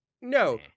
No